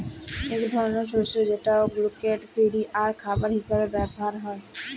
ইক ধরলের শস্য যেট গ্লুটেল ফিরি আর খাবার হিসাবে ব্যাভার হ্যয়